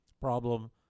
problem